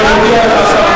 אני פעם ראשונה שומע את זה.